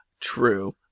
True